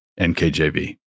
NKJV